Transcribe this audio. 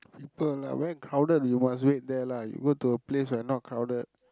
people lah where crowded you must wait there lah you go to a place where not crowded